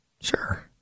Sure